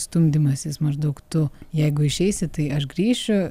stumdymasis maždaug tu jeigu išeisi tai aš grįšiu